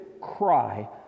cry